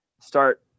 start